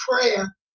prayer